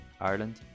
Ireland